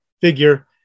figure